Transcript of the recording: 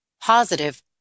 positive